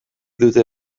dute